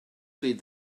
feed